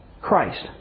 Christ